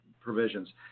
provisions